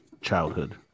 childhood